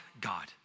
God